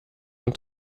und